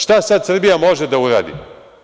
Šta sad Srbija može da uradi?